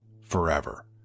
Forever